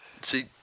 see